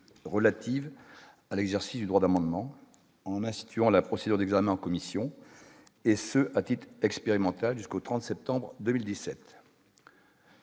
relatives à l'exercice du droit d'amendement en instituant la procédure d'examen en commission et se pratique expérimentale jusqu'au 30 septembre 2017.